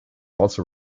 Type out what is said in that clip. also